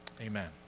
amen